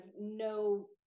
no